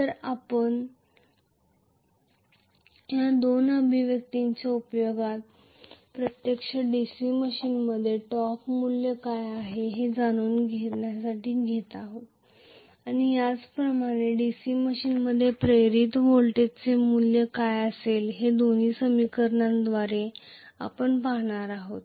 तर आपण या दोन अभिव्यक्त्यांचा उपयोग प्रत्यक्षात DC मशीनमध्ये टॉर्कचे मूल्य काय आहे हे जाणून घेण्यासाठी घेत आहोत आणि त्याचप्रमाणे DC मशीनमध्ये प्रेरित व्होल्टेजचे मूल्य काय आहे हे दोन्ही समीकरणाद्वारे आपण पाहणार आहोत